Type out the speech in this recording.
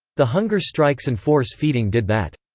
the hunger strikes and force-feeding did that.